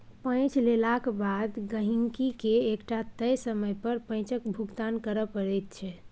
पैंच लेलाक बाद गहिंकीकेँ एकटा तय समय मे पैंचक भुगतान करय पड़ैत छै